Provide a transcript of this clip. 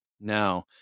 Now